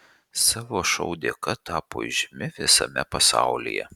savo šou dėka tapo įžymi visame pasaulyje